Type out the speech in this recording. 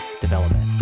development